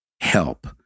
Help